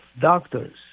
Doctors